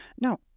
Now